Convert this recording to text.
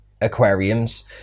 aquariums